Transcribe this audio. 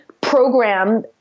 program